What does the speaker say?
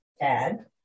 Dad